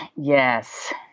yes